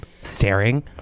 staring